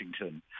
Washington